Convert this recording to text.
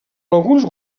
alguns